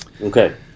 Okay